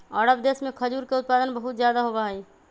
अरब देश में खजूर के उत्पादन बहुत ज्यादा होबा हई